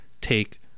take